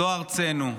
זו ארצנו,